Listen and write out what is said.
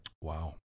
Wow